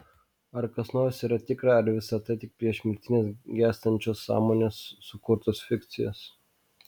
ar kas nors yra tikra ar visa tai yra tik priešmirtinės gęstančios sąmonės sukurtos fikcijos